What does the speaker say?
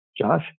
Josh